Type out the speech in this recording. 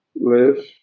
live